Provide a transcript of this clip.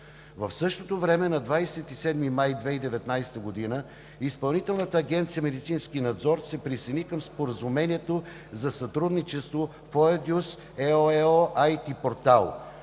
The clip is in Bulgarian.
В същото време на 27 май 2019 г. Изпълнителна агенция „Медицински надзор“ се присъедини към Споразумението за сътрудничество „Foedus EOEO IT портал“.